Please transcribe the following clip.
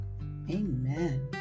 Amen